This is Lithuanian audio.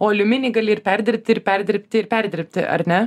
o aliuminį gali ir perdirbti ir perdirbti ir perdirbti ar ne